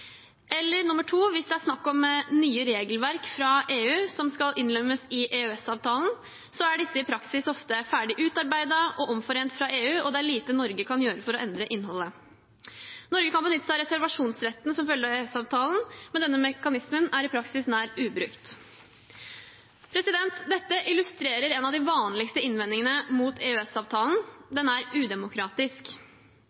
Hvis det er snakk om nye regelverk fra EU som skal innlemmes i EØS-avtalen, er disse i praksis ofte ferdig utarbeidet og omforent fra EUs side, og det er lite Norge kan gjøre for å endre innholdet. Norge kan benytte seg av reservasjonsretten som følger av EØS-avtalen, men denne mekanismen er i praksis nær ubrukt. Dette illustrerer en av de vanligste innvendingene mot